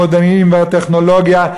המודיעין והטכנולוגיה,